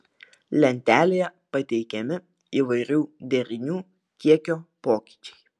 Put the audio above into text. lentelėje pateikiami įvairių derinių kiekio pokyčiai